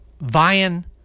vying